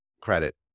credit